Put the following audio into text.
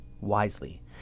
wisely